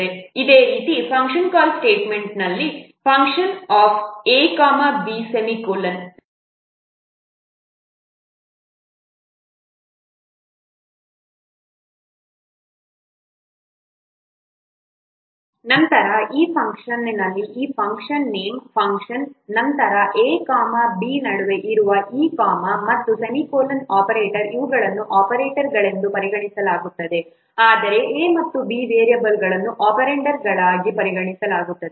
ಅದೇ ರೀತಿ function call statement ಇದ್ದರೆ func ab ನಂತರ ಈ ಫಂಕ್ಷನ್ನಲ್ಲಿ ಈ ಫಂಕ್ಷನ್ ನೇಮ್ func ನಂತರ a ಮತ್ತು b ನಡುವೆ ಇರುವ ಈ ಕಾಮಾ ಮತ್ತು ಈ ಸೆಮಿಕೋಲನ್ ಆಪರೇಟರ್ ಇವುಗಳನ್ನು ಆಪರೇಟರ್ಗಳೆಂದು ಪರಿಗಣಿಸಲಾಗುತ್ತದೆ ಆದರೆ a ಮತ್ತು b ವೇರಿಯೇಬಲ್ಗಳನ್ನು ಒಪೆರಾಂಡ್ಗಳಾಗಿ ಪರಿಗಣಿಸಲಾಗುತ್ತದೆ